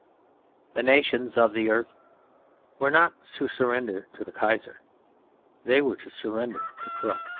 the nations of the earth were not to surrender to the kaiser they were to surrender to krupp,